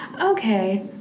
okay